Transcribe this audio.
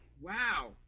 Wow